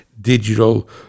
digital